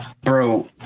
bro